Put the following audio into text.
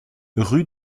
rue